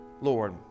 Lord